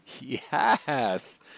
Yes